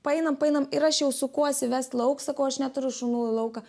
paeinam paeinam ir aš jau sukuosi vest lauk sakau aš neturiu šunų į lauką